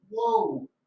whoa